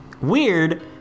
Weird